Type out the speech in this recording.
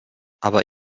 aber